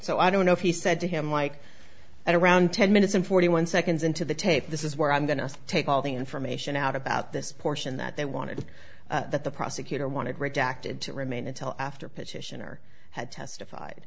so i don't know if he said to him like at around ten minutes and forty one seconds into the tape this is where i'm going to take all the information out about this portion that they wanted that the prosecutor wanted redacted to remain until after petitioner had testified